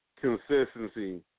consistency